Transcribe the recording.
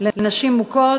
לנשים מוכות)